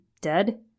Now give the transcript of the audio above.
dead